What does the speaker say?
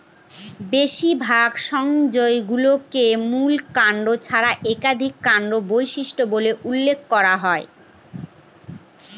বেশিরভাগ সংজ্ঞায় গুল্মকে মূল কাণ্ড ছাড়া একাধিক কাণ্ড বিশিষ্ট বলে উল্লেখ করা হয়